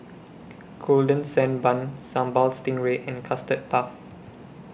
Golden Sand Bun Sambal Stingray and Custard Puff